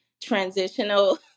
transitional